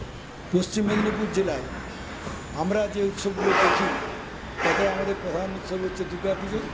পশ্চিম মেদিনীপুর জেলায় আমরা যে উৎসবগুলো দেখি তাতে আমাদের প্রধান উৎসব হচ্ছে দুর্গাপুজো